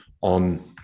on